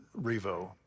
Revo